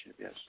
Yes